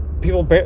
people